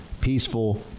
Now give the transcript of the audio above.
peaceful